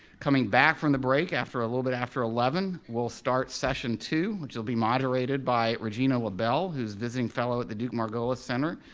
coming back from the break, after a little bit after eleven, we'll start session two, which will be moderated by regina labelle, who's visiting fellow at the duke-margolis center.